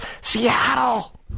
Seattle